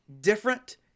different